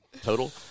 total